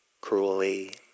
cruelly